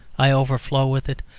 i overflow with it!